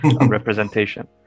representation